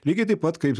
lygiai taip pat kaip